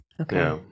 Okay